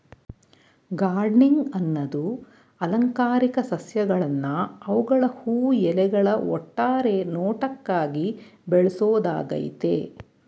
gardening ಅನ್ನದು ಅಲಂಕಾರಿಕ ಸಸ್ಯಗಳ್ನ ಅವ್ಗಳ ಹೂ ಎಲೆಗಳ ಒಟ್ಟಾರೆ ನೋಟಕ್ಕಾಗಿ ಬೆಳ್ಸೋದಾಗಯ್ತೆ